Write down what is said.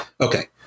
okay